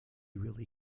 really